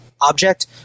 object